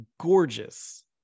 gorgeous